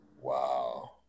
Wow